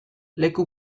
leku